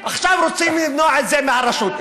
עכשיו רוצים למנוע את זה מהרשות.